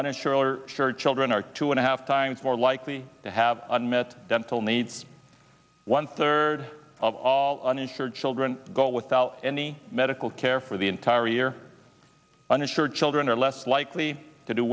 uninsured sure children are two and a half times more likely to have unmet dental needs one third of all uninsured children go without any medical care for the entire year uninsured children are less likely to do